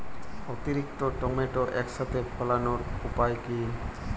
অতিরিক্ত টমেটো একসাথে ফলানোর উপায় কী?